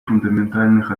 фундаментальных